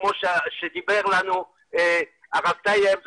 כמו שדיבר הרב טייב,